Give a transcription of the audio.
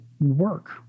work